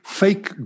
fake